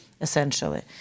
essentially